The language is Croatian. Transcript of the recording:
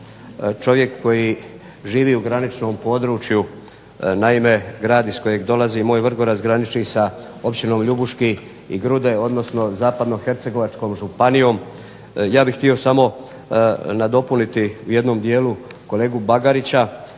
čovjek koji živi u graničnom području, naime grad iz kojeg dolazim moj Vrgorac graniči sa općinom Ljubuški i Grude, odnosno zapadno hercegovačkom županijom. Ja bih htio samo nadopuniti u jednom dijelu kolegu Bagarića